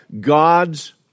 God's